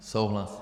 Souhlas.